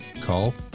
call